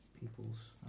people's